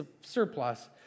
surplus